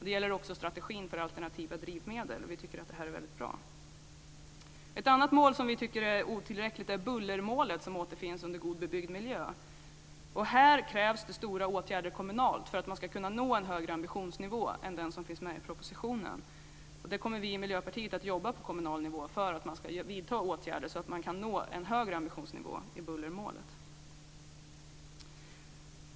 Det gäller också strategin för alternativa drivmedel. Vi tycker att det här är väldigt bra. Ett annat mål som vi tycker är otillräckligt är bullermålet, som återfinns under målet om god bebyggd miljö. Här krävs det stora åtgärder kommunalt för att man ska kunna nå en högre ambitionsnivå än den som finns med i propositionen. Vi i Miljöpartiet kommer att jobba på kommunal nivå för att man ska vidta åtgärder så att man kan nå en högre ambitionsnivå i fråga om bullermålet.